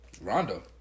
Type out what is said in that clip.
Rondo